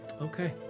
Okay